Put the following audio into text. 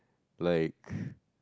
like